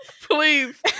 please